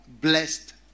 blessed